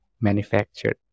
manufactured